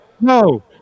No